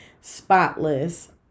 spotless